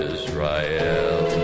Israel